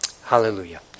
Hallelujah